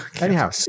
Anyhow